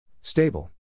Stable